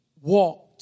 walked